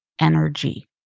energy